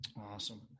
Awesome